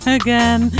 again